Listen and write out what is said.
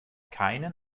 keinen